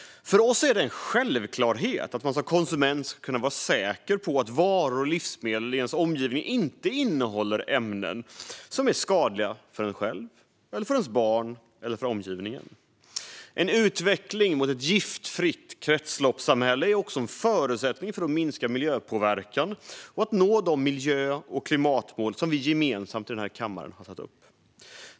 För oss är det en självklarhet att man som konsument ska kunna vara säker på att varor och livsmedel i ens omgivning inte innehåller ämnen som är skadliga för en själv, för ens barn eller för omgivningen. En utveckling mot ett giftfritt kretsloppssamhälle är också en förutsättning för att minska miljöpåverkan och nå de miljö och klimatmål vi gemensamt i denna kammare har satt upp.